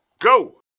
go